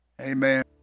amen